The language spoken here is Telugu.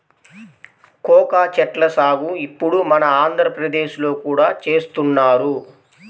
కోకా చెట్ల సాగు ఇప్పుడు మన ఆంధ్రప్రదేశ్ లో కూడా చేస్తున్నారు